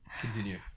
Continue